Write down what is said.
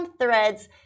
threads